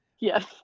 Yes